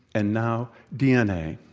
and now dna.